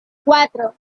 cuatro